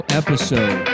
episode